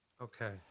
Okay